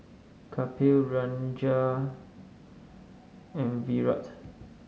Kapil Ranga and Virat